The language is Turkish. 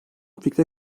fikre